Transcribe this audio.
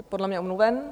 Podle mě omluven.